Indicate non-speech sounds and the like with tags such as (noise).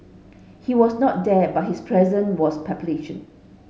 he was not there but his presence was (unintelligible)